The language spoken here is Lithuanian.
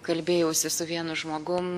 kalbėjausi su vienu žmogum